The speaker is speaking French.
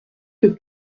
que